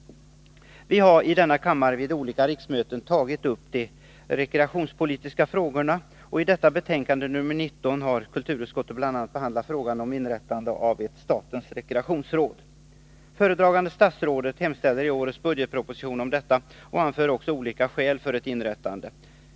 Vi har i denna kammare vid olika riksmöten tagit upp de rekreationspolitiska frågorna, och i det nu aktuella betänkandet nr 19 har kulturutskottet bl.a. behandlat frågan om inrättandet av ett statens rekreationsråd. Föredragande statsrådet hemställer i årets budgetproposition om detta och anför också olika skäl för ett inrättande.